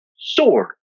sword